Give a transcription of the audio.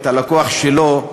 את הלקוח שלו,